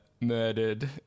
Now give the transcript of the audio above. murdered